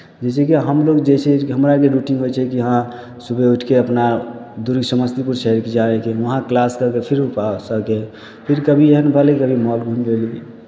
जइसे कि हमलोग जे छै हमरा जे रुटीनमे जे छै हँ सुबह उठि कऽ अपना दूर समस्तीपुर छै जायके वहाँ क्लास कऽ कऽ फेर वापस आइके फिर कभी एहन भेलै गेलियै मोल घूमि लेलियै